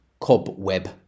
cobweb